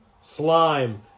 slime